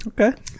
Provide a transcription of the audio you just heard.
Okay